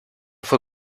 fue